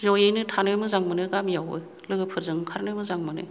ज'यैनो थानो मोजां मोनो गामियावबो लोगोफोरजों ओंखारनो मोजां मोनो